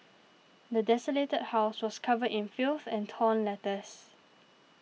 the desolated house was covered in filth and torn letters